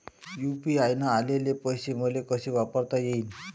UPI न आलेले पैसे मले कसे पायता येईन?